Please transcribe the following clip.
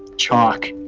chalk,